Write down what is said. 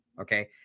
Okay